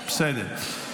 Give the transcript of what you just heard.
בסדר.